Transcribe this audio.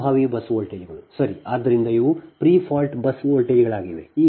ಆದ್ದರಿಂದ ಇವು prefault bus ವೋಲ್ಟೇಜ್ಗಳಾಗಿವೆ